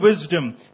wisdom